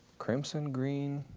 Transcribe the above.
crimson, green,